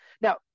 Now